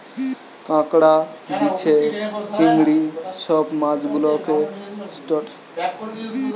কাঁকড়া, বিছে, চিংড়ি সব মাছ গুলাকে ত্রুসটাসিয়ান বলতিছে